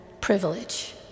privilege